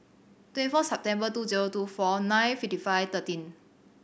twenty four September two zero two four nine fifty five thirteen